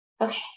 Okay